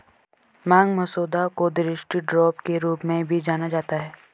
मांग मसौदा को दृष्टि ड्राफ्ट के रूप में भी जाना जाता है